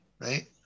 right